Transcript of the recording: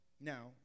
now